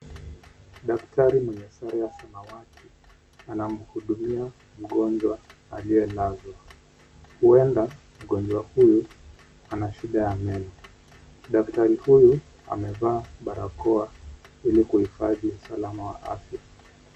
Daktari mwenye sare ya samawati anamhudumia mgonjwa aliyelazwa huenda mgonjwa huyu anashida ya meno. Daktari huyu amevaa barakoa ili kuhifadhi usalama wa afya.